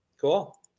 Cool